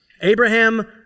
Abraham